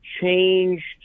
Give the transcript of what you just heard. changed